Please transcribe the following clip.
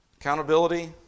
Accountability